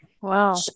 Wow